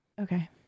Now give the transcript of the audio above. Okay